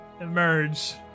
emerge